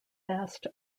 fast